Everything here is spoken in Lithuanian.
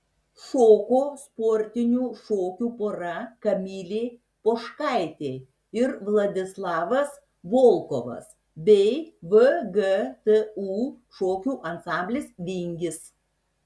šoko sportinių šokių pora kamilė poškaitė ir vladislavas volkovas bei vgtu šokių ansamblis vingis